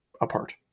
apart